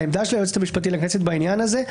העמדה של היועצת המשפטית לכנסת בעניין הזה,